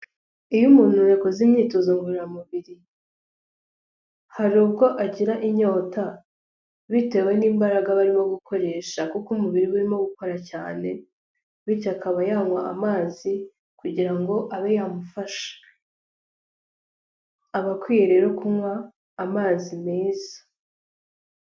Iyo umuntu yakoze imyitozo ngororamubiri haribwo agira inyota bitewe n'imbaraga abarimo gukoresha kuko umubiri urimo gukora cyane bityo akaba yanywa amazi kaba yamufasha akaba akwiye kunywa amazi meza.